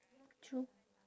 true